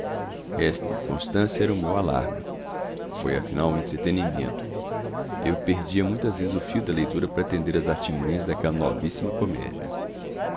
esta inconstância era o meu alarme foi afinal um entretenimento eu perdia muitas vezes o fio da leitura para atender às artimanhas daquela novíssima comédia